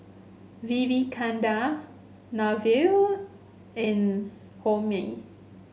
Vivekananda Neila and Homi